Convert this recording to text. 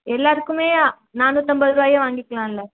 எல்லாேருக்குமே நானூற்று அம்பது ரூபாயே வாங்கிக்கலாமில